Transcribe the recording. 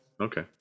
Okay